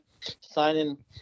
signing